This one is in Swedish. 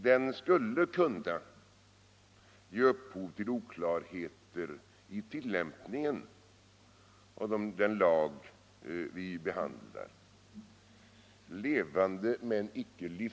Den skulle kunna ge upphov till oklarheter vid tillämpningen av den lag vi behandlar.